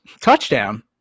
touchdown